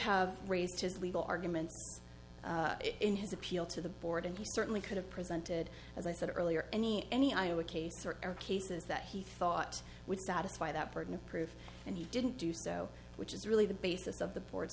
have raised his legal arguments in his appeal to the board and he certainly could have presented as i said earlier any any iowa case or air cases that he thought would satisfy that burden of proof and he didn't do so which is really the basis of the board